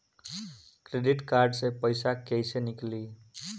Credit card से पईसा केइसे निकली?